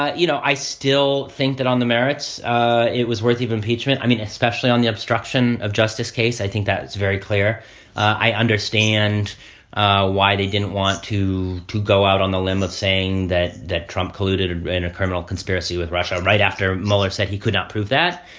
you know, i still think that on the merits it was worth even impeachment. i mean, especially on the obstruction of justice case. i think that is very clear i understand why they didn't want to to go out on a limb of saying that that trump colluded and in a criminal conspiracy with russia right after mueller said he could not prove that.